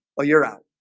ah you're out